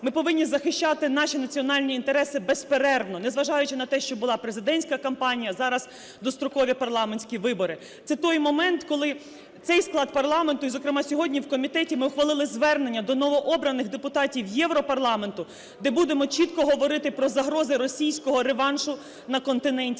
Ми повинні захищати наші національні інтереси безперервно, незважаючи на те, що була президентська кампанія, зараз дострокові парламентські вибори. Це той момент, коли цей склад парламенту, і, зокрема, сьогодні в комітеті ми ухвалили звернення до новообраних депутатів Європарламенту, де будемо чітко говорити про загрози російського реваншу на континенті